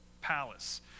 palace